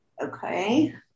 Okay